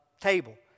table